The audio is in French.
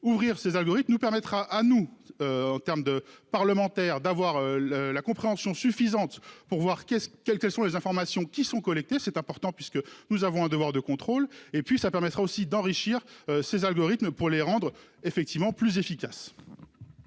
ouvrir ses algorithmes nous permettra à nous. En terme de parlementaires, d'avoir le, la compréhension suffisante pour voir qu'est-ce quelles quelles sont les informations qui sont collectées c'est important puisque nous avons un devoir de contrôle. Et puis, ça permettra aussi d'enrichir ses algorithmes pour les rendre effectivement plus efficace.